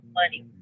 money